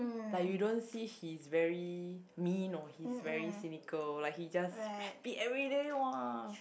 like you don't see he's very mean or he's very cynical like he just happy everyday !wah!